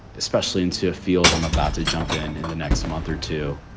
especially into a field, i'm about to jump in in the next month or two.